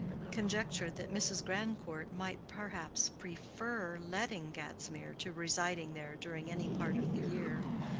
conjectured that mrs. grandcourt might perhaps prefer letting gadsmere to residing there during any part of the year,